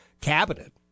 cabinet